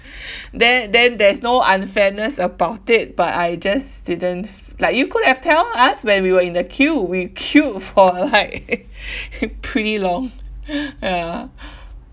there then there is no unfairness about it but I just didn't like you could have tell us when we were in the queue we queued for like pretty long ya